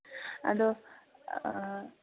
ꯑꯗꯣ